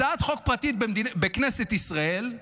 הצעת חוק פרטית בכנסת ישראל,